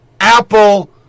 Apple